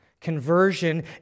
Conversion